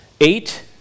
eight